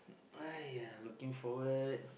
!aiya! looking forward